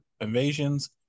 invasions